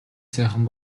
сайхан